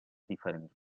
diferents